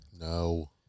No